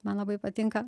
man labai patinka